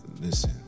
listen